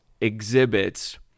exhibits